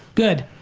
good.